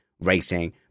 racing